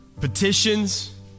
Petitions